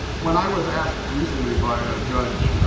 when i was asked recently by a judge,